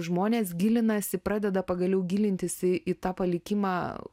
žmonės gilinasi pradeda pagaliau gilintis į tą palikimą